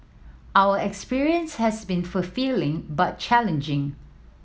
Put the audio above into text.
our experience has been fulfilling but challenging